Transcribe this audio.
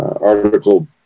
article